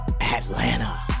Atlanta